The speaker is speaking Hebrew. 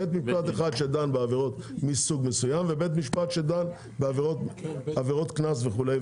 בית משפט אחד שדן בעבירות מסוג מסוים ובית משפט שדן בעבירות קנס וכדומה.